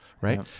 right